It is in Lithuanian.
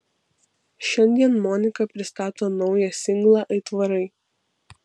šiandien monika pristato naują singlą aitvarai